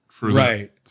Right